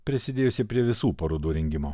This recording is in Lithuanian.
prisidėjusį prie visų parodų rengimo